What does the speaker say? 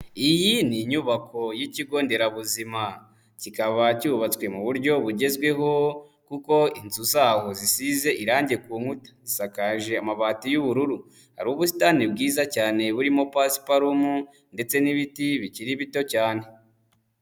Iyi ni inyubako y'ikigo nderabuzima, kikaba cyubatswe mu buryo bugezweho kuko inzu zaho zisize irangi ku nkuta, zisakaje amabati y'ubururu, hari ubusitani bwiza cyane burimo pasiparumu ndetse n'ibiti bikiri bito cyane.